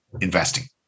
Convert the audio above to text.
investing